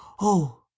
Oh